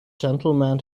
gentlemen